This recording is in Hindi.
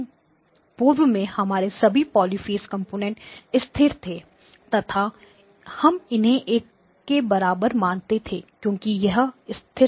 पूर्व में हमारे सभी पॉलिफेज कंपोनेंट्स स्थिर थे तथा हम इन्हें एक के बराबर मानते थे क्योंकि यह स्थिर है